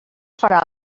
farà